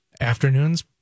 afternoons